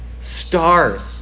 stars